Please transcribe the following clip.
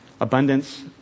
abundance